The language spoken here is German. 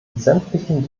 sämtlichen